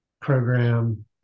program